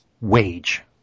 wage